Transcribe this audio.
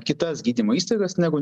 kitas gydymo įstaigas negu